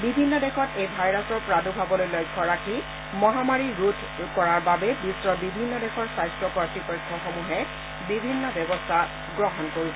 বিভিন্ন দেশত এই ভাইৰাছৰ প্ৰাদুৰ্ভাবলৈ লক্ষ্য ৰাখি মহামাৰী ৰোধ কৰাৰ বাবে বিশ্বৰ বিভিন্ন দেশৰ স্বাস্থ কৰ্ত্তপক্ষসমূহে বিভিন্ন ব্যৱস্থা গ্ৰহণ কৰিছে